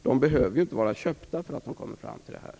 De behöver inte vara köpta därför att de kommer fram till detta.